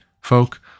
folk